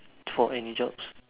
for any jobs